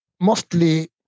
mostly